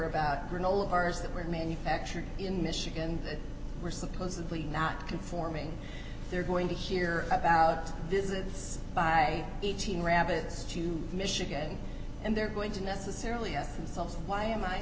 about granola bars that were made actually in michigan that we're supposedly not conforming they're going to hear about visits by eighteen rabbits to michigan and they're going to necessarily ask themselves why am i